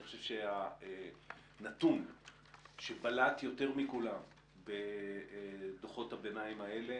אני חושב שהנתון שבלט יותר מכולם בדוחות הביניים האלה